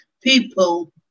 people